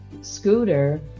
scooter